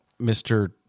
Mr